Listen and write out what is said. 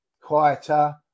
quieter